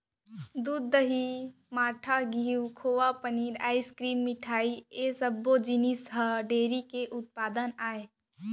दूद, दही, मठा, घींव, खोवा, पनीर, आइसकिरिम, मिठई ए सब्बो जिनिस ह डेयरी के उत्पादन आय